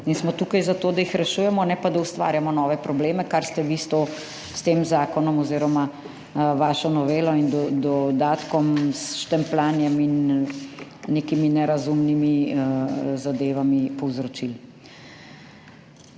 in smo tukaj zato, da jih rešujemo, ne pa da ustvarjamo nove probleme, kar ste vi s tem zakonom oziroma vašo novelo in dodatkom s štempljanjem in nekimi nerazumnimi zadevami povzročili.